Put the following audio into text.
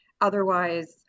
Otherwise